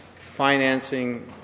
financing